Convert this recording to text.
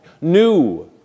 new